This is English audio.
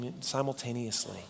simultaneously